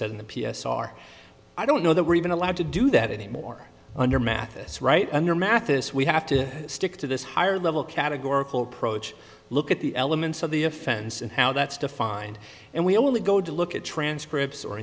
says in the p s r i don't know that we're even allowed to do that anymore under mathes right under mathis we have to stick to this higher level categorical approach look at the elements of the offense and how that's defined and we only go to look at transcripts or